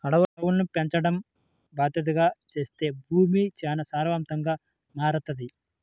అడవులను పెంచడం బాద్దెతగా చేత్తే భూమి చానా సారవంతంగా మారతది